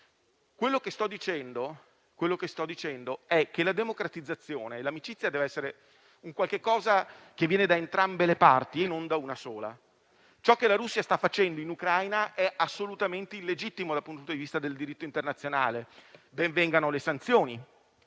Quello che sto dicendo è che la democratizzazione e l'amicizia devono essere qualcosa che viene da entrambe le parti e non da una sola. Ciò che la Russia sta facendo in Ucraina è assolutamente illegittimo, dal punto di vista del diritto internazionale: ben vengano le sanzioni,